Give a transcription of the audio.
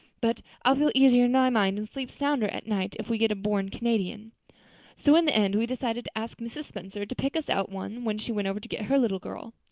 but i'll feel easier in my mind and sleep sounder at nights if we get a born canadian so in the end we decided to ask mrs. spencer to pick us out one when she went over to get her little girl.